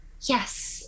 Yes